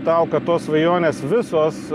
tau kad tos svajonės visos